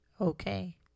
Okay